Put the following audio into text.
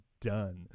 done